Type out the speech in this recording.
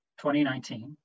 2019